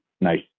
nice